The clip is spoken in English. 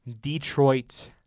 Detroit